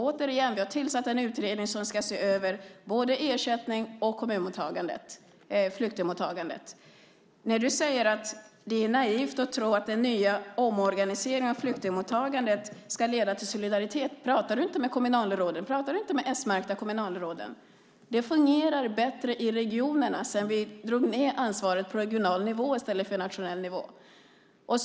Återigen: Vi har tillsatt en utredning som ska se över både ersättning och flyktingmottagande i kommunerna. När du säger att det är naivt att tro att det nya, omorganiserade flyktingmottagandet ska leda till solidaritet måste jag fråga: Pratar du inte med kommunalråden? Pratar du inte med de s-märkta kommunalråden? Det fungerar bättre i regionerna sedan vi drog ned ansvaret på regional nivå i stället för att ha det på nationell nivå.